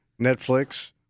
Netflix